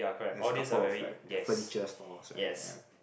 there's a couple of like furniture stores right ya